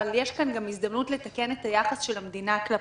אבל יש כאן גם הזדמנות לתקן את היחס של המדינה כלפיהם.